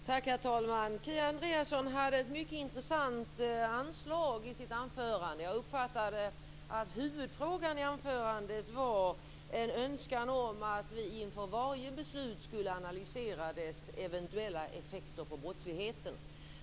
Herr talman! Kia Andreasson hade ett mycket intressant anslag i sitt anförande. Jag uppfattade att huvudfrågan i anförandet var en önskan om att vi inför varje beslut skulle analysera dess eventuella effekter på brottsligheten.